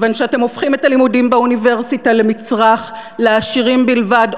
כיוון שאתם הופכים את הלימודים באוניברסיטה למצרך לעשירים בלבד,